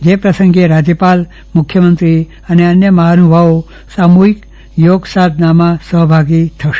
જે પ્રસંગે રાજ્યપાલ મુખ્યમંત્રી અન્ય મહાનુભાવો સામુહિક યોગ સાધનામાં સહભાગી થશે